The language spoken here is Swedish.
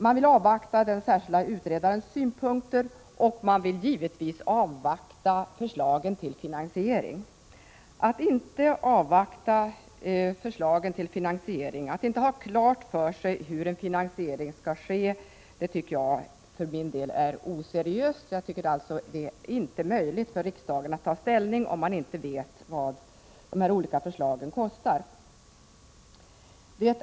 Man vill avvakta den särskilda utredarens synpunkter och givetvis också avvakta förslagen till finansiering. Att inte göra det och inte ha klart för sig hur finansieringen skall ske tycker jag vore oseriöst. Det är helt enkelt inte möjligt för riksdagen att ta ställning, om den inte vet vad de olika förslagens genomförande skulle kosta.